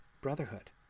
brotherhood